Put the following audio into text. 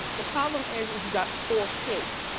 the problem is is he's got four kids.